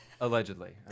Allegedly